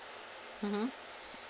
mmhmm